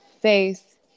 faith